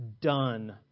done